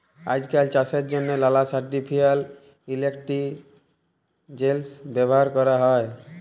আইজকাল চাষের জ্যনহে লালা আর্টিফিসিয়াল ইলটেলিজেলস ব্যাভার ক্যরা হ্যয়